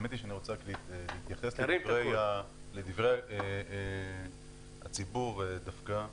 רוצה להתייחס לדברי הציבור דווקא.